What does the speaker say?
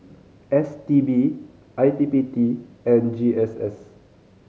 S T B I D P T and G S S